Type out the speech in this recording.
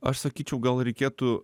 aš sakyčiau gal reikėtų